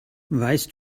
weißt